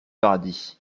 paradis